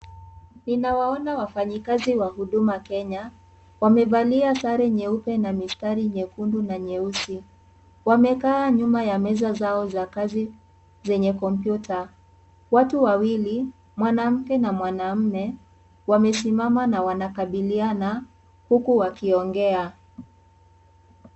Ninawaona wafanyakazi wa Huduma Kenya. Wamevalia sare nyeupe na mistari nyekundu na nyeusi. Wamekaa nyuma ya meza zao za kazi zenye kompyuta. Watu wawili, mwanamke na mwanaume, wamesimama na wanakabiliana huku wakiongea.